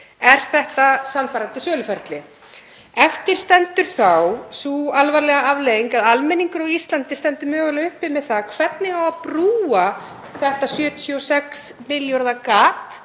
Er þetta sannfærandi söluferli? Eftir stendur sú alvarlega afleiðing að almenningur á Íslandi situr mögulega uppi með það hvernig eigi að brúa þetta 76 milljarða gat,